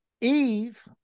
Eve